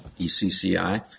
ECCI